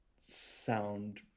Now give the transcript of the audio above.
sound